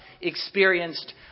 experienced